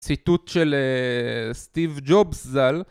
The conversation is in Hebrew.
ציטוט של סטיב ג'ובס ז"ל